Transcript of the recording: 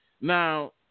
Now